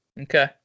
Okay